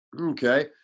Okay